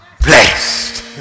blessed